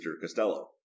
Costello